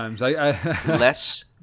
Less